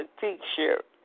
T-shirt